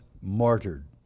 martyred